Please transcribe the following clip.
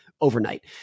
overnight